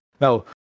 now